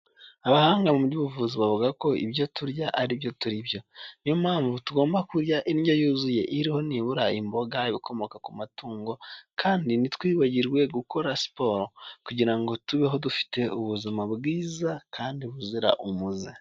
Abahanga mu by'ubuvuzi bavuga ko ibyo turya ari byo turi byo niyo mpamvu tugomba kurya indyo yuzuye iriho nibura imboga ibikomoka ku matungo kandi ntitwibagirwe gukora siporo kugira ngo tubeho dufite ubuzima bwiza kandi buzira umuze.